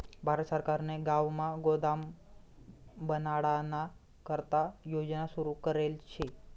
भारत सरकारने गावमा गोदाम बनाडाना करता योजना सुरू करेल शे